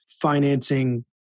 financing